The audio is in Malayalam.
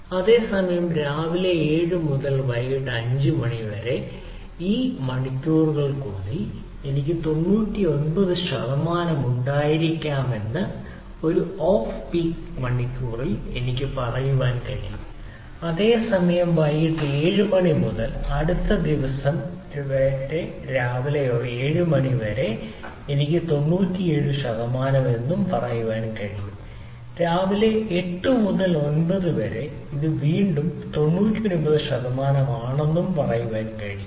അതേസമയംരാവിലെ 7 മുതൽ വൈകിട്ട് 5 മണി വരെ ഈ മണിക്കൂറുകളിൽ എനിക്ക് 99 ശതമാനം ഉണ്ടായിരിക്കാമെന്ന് ഒരു ഓഫ് പീക്ക് മണിക്കൂറിൽ എനിക്ക് പറയാൻ കഴിയും അതേസമയം വൈകിട്ട് 7 മണി മുതൽ അടുത്ത ദിവസം വരെ രാവിലെ 7 മണി വരെ എനിക്ക് 97 ശതമാനം എന്ന് പറയാൻ കഴിയും രാവിലെ 08 മുതൽ 09 മണി വരെ ഇത് വീണ്ടും 99 ശതമാനം ആണെന്ന് എനിക്ക് പറയാൻ കഴിയും